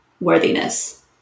worthiness